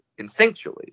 instinctually